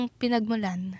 pinagmulan